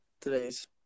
today's